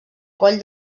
coll